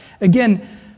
Again